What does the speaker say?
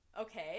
Okay